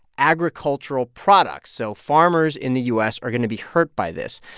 agricultural products. so farmers in the u s. are going to be hurt by this.